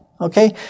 Okay